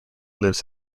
lives